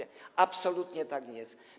Absolutnie tak nie jest.